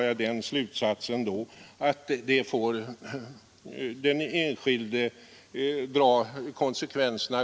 Jag får ingen ersättning.